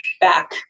back